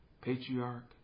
patriarch